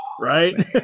Right